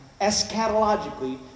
eschatologically